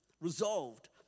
Resolved